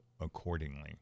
accordingly